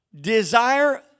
desire